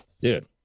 dude